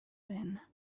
then